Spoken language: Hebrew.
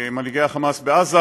מנהיגי החמאס בעזה,